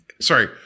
sorry